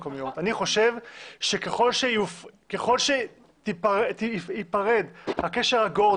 אני רוצה שנקדיש את הדיון הזה לפריסה של המצב.